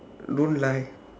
don't lie